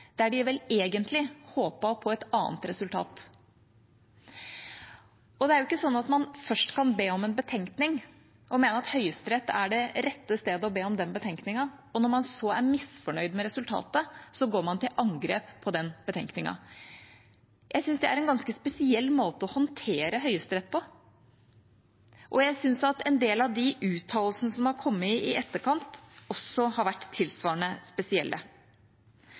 der de vel egentlig håpet på et annet resultat. Det er ikke sånn at man først kan be om en betenkning og mene at Høyesterett er det rette stedet å be om den betenkningen, og når man så er misfornøyd med resultatet, går man til angrep på betenkningen. Jeg synes det er en ganske spesiell måte å håndtere Høyesterett på, og jeg synes at en del av de uttalelsene som har kommet i etterkant, også har vært tilsvarende spesielle.